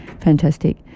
fantastic